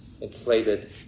inflated